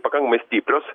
pakankamai stiprios